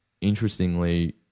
interestingly